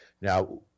Now